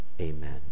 Amen